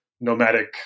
nomadic